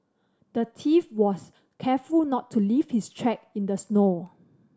the thief was careful not to leave his track in the snow